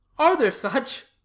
are there such?